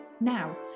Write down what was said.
Now